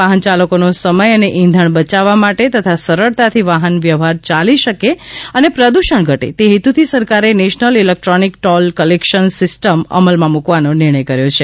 વાહન યાલકોનો સમય અને ઇંધણ બયાવવા માટે તથા સરળતાથી વાહન વ્યવહાર ચાલી શકે અને પ્રદૂષણ ઘટે તે હેતુથી સરકારે national electronic toll collection system અમલમાં મૂકવાનો નિર્ણય કર્યો છે